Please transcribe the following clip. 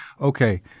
Okay